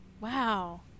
Wow